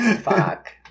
Fuck